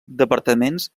departaments